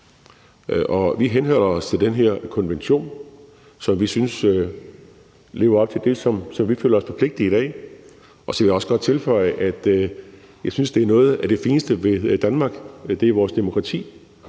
Og vi henholder os til den her konvention, som vi synes lever op til det, som vi føler os forpligtet af. Så vil jeg også godt tilføje, at jeg synes, at noget af det fineste ved Danmark er vores demokrati.